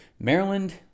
Maryland